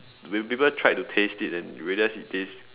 when people tried to taste it and realise it taste